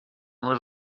was